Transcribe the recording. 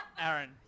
Aaron